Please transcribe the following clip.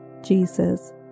Jesus